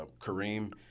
Kareem